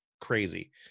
crazy